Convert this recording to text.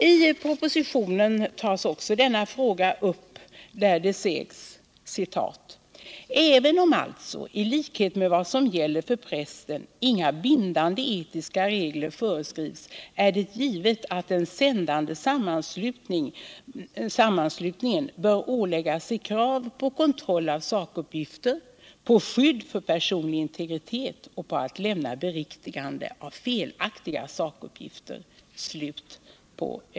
I propositionen tas också denna fråga upp där det sägs: Även om alltså, i likhet med vad som gäller för pressen, inga bindande etiska regler föreskrivs är det givet att den sändande sammanslutningen bör ålägga sig krav på kontroll av sakuppgifter, på skydd för personlig integritet och på att lämna beriktigande av felaktiga sakuppgifter.